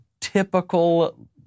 typical